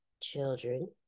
children